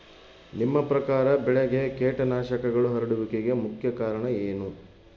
ನಿಮ್ಮ ಪ್ರಕಾರ ಬೆಳೆಗೆ ಕೇಟನಾಶಕಗಳು ಹರಡುವಿಕೆಗೆ ಮುಖ್ಯ ಕಾರಣ ಏನು?